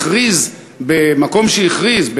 הכריז במקום שהכריז,